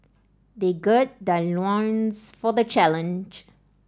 they gird their loins for the challenge